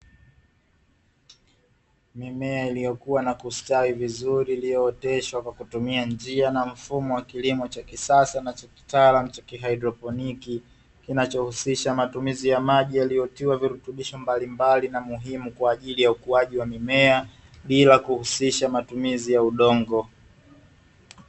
Mimea iliyokua na kustawi vizuri iliyooteshwa kwa kutumia njia na mfumo wa kilimo cha kisasa na cha kitaalamu cha kihaidroponiki. Kinachohusisha matumizi ya maji yaliotiwa virutubisho mbalimbali na muhimu kwa ajili ya ukuaji wa mimea, bila kuhusisha matumizi ya udongo.